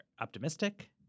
optimistic